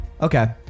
Okay